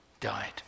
died